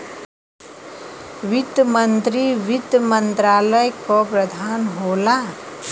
वित्त मंत्री वित्त मंत्रालय क प्रधान होला